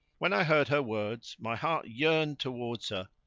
when i heard her words, my heart yearned towards her,